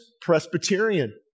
Presbyterian